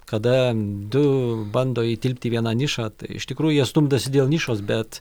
kada du bando įtilpti į vieną nišą tai iš tikrųjų jie stumdosi dėl nišos bet